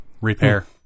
repair